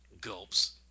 gulps